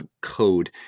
code